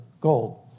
gold